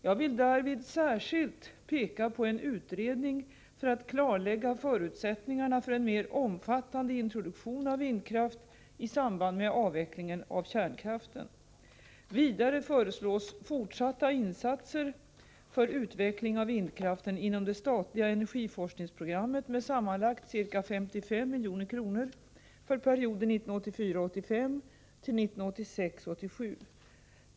Jag vill därvid särskilt peka på en utredning för att klarlägga förutsättningarna för en mer omfattande introduktion av vindkraft i samband med avvecklingen av kärnkraften. Vidare föreslås fortsatta insatser för utveckling av vindkraften inom det statliga energiforskningsprogrammet med sammanlagt ca 55 milj.kr. för perioden 1984 87.